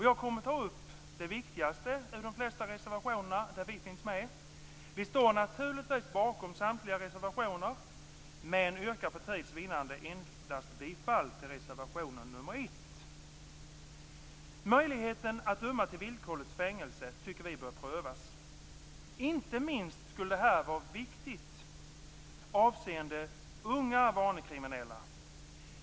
Jag kommer att ta upp det viktigaste i de flesta reservationer där vi finns med. Vi står naturligtvis bakom samtliga reservationer, men yrkar för tids vinnande endast bifall till reservation nr 1. Vi tycker att möjligheten att döma till villkorligt fängelse bör prövas. Inte minst skulle detta vara viktigt avseende unga vanekriminella.